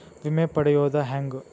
ವಿಮೆ ಪಡಿಯೋದ ಹೆಂಗ್?